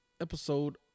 episode